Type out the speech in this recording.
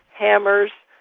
hammers,